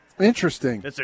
Interesting